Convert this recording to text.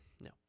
No